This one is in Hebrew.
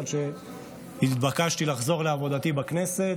עד שהתבקשתי לחזור לעבודתי בכנסת.